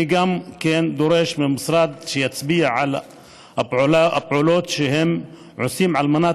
אני גם דורש מהמשרד שיצביעו על הפעולות שנעשות על מנת